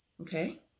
okay